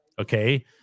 Okay